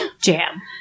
jam